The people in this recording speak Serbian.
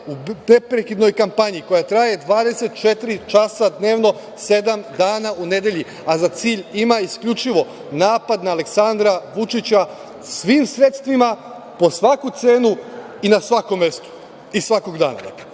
u neprekidnoj kampanji koja traje 24 časa dnevno sedam dana u nedelji, a za cilj ima isključivo napad na Aleksandra Vučića svim sredstvima, po svaku cenu i na svakom mestu i svakog dana. To